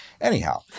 Anyhow